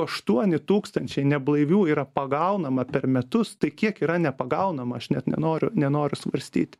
aštuoni tūkstančiai neblaivių yra pagaunama per metus tai kiek yra nepagaunama aš net nenoriu nenoriu svarstyti